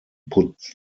put